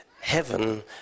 heaven